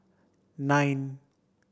nine